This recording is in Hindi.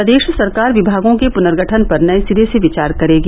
प्रदेष सरकार विभागों के पुनर्गठन पर नये सिरे से विचार करेगी